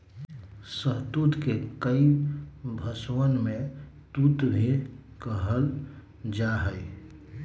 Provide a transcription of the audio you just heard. शहतूत के कई भषवन में तूत भी कहल जाहई